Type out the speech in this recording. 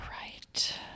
right